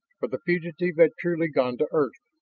for the fugitive had truly gone to earth,